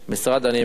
אני מקצר.